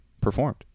performed